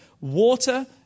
Water